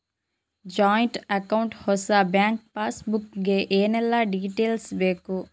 Joint account ಹೊಸ bank passbook ಗೆ ಏನೆಲ್ಲ ಡೀಟೇಲ್ಸ್ ಬೇಕು?